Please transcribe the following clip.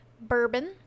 bourbon